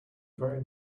very